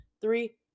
Three